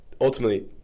ultimately